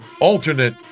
alternate